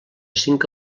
cinc